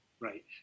right